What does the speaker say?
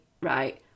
right